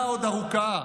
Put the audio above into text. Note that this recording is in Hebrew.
ושרת החינוך,